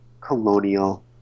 colonial